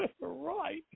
right